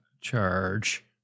charge